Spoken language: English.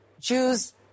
Jews